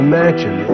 Imagine